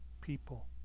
people